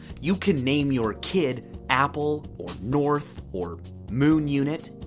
you can name your kid apple or north or moon unit.